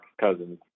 Cousins